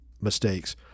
mistakes